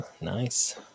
nice